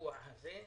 הסיוע הזה.